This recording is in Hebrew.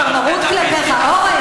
די, מה, אין לי כבר מרות כלפיך, אורן?